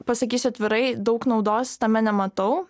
pasakysiu atvirai daug naudos tame nematau